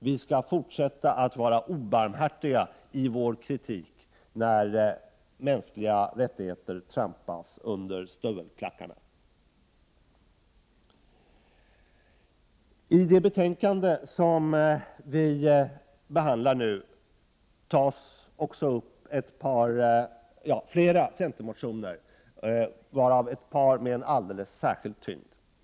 Vi skall fortsätta att vara obarmhärtiga i vår kritik när mänskliga rättigheter trampas under stövelklackarna. I det betänkande som vi nu debatterar behandlas flera centermotioner, varav ett par har en alldeles särskild tyngd.